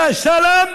יא סלאם,